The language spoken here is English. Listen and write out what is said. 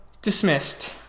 dismissed